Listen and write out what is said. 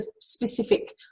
specific